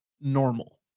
normal